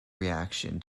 reaction